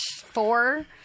four